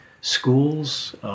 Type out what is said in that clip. schools